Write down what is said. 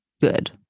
good